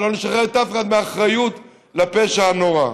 ולא נשחרר אף אחד מהאחריות לפשע הנורא.